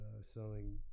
selling